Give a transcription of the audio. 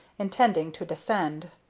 intending to descend.